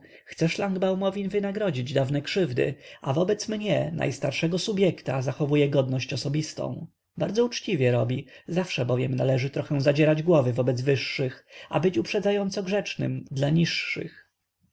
myślę chce szlangbaumowi wynagrodzić dawne krzywdy a wobec mnie najstarszego subjekta zachowuje godność osobistą bardzo uczciwie robi zawsze bowiem należy trochę zadzierać głowy wobec wyższych a być uprzedzająco grzecznym dla niższych